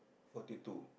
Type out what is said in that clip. forty two